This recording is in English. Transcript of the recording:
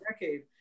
decade